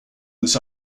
this